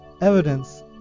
evidence